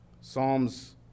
Psalms